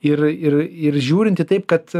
ir ir ir žiūrint į taip kad